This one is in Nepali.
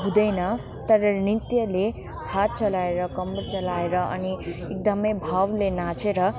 हुँदैन तर नृत्यले हात चलाएर कम्बर चलाएर अनि एकदमै भावले नाचेर